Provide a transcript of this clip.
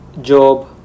Job